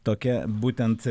tokia būtent